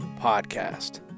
podcast